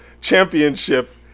championship